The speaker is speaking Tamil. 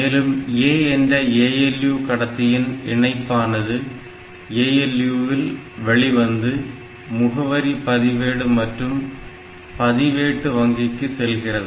மேலும் A என்ற ALU கடத்தியின் இணைப்பானது ALU இல் வெளிவந்து முகவரி பதிவேடு மற்றும் பதிவேட்டு வங்கிக்கு செல்கிறது